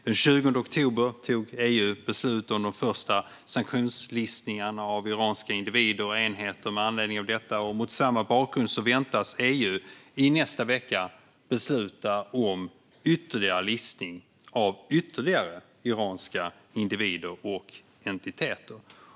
Den 20 oktober tog EU beslut om de första sanktionslistningarna av iranska individer och enheter med anledning av detta, och mot samma bakgrund väntas EU i nästa vecka besluta om ytterligare listning av fler iranska individer och enheter.